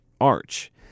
arch